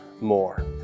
more